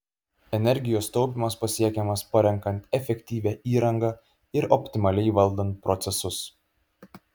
energijos taupymas pasiekiamas parenkant efektyvią įrangą ir optimaliai valdant procesus